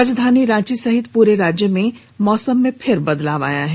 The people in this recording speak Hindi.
राजधानी रांची सहित पूरे राज्य में मौसम में फिर बदलाव हुआ है